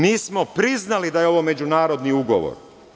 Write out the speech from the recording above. Mi smo priznali da je ovo međunarodni ugovor.